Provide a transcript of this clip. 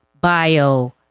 bio